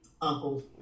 uncles